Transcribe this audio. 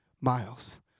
miles